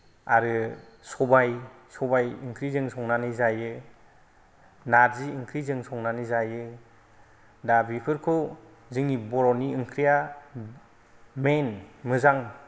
आरो सबाय सबाय ओंख्रि जों संनानै जायो नारजि ओंख्रि जों संनानै जायो दा बेफोरखौ जोंनि बर'नि ओंख्रिया मेइन मोजां